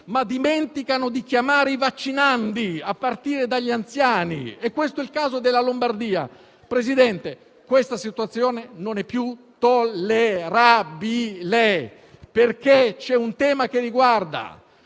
ma dimenticano di chiamare i vaccinandi, a partire dagli anziani (e questo è il caso della Lombardia). Signor Presidente, questa situazione non è più tollerabile, perché ci sono un tema che riguarda